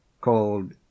called